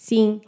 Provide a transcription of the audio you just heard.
Sim